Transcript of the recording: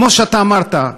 כמו שאתה אמרת,